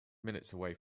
minutes